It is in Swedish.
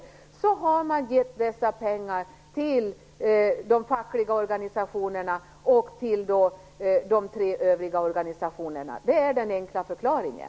Därför har man givit dessa pengar till de fackliga organisationerna och till de tre övriga organisationerna. Det är den enkla förklaringen.